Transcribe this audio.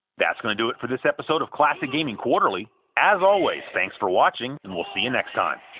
that's going to do it for this episode of classic gaming quarterly. as always, thanks for watching, and we'll see you next time.